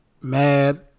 mad